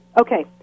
Okay